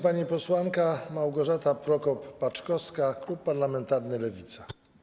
Pani posłanka Małgorzata Prokop-Paczkowska, klub parlamentarny Lewica.